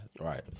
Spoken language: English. right